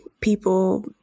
people